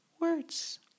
words